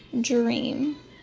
dream